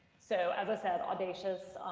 so, as i said, audacious.